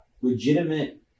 legitimate